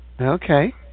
Okay